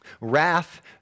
Wrath